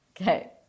Okay